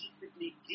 secretly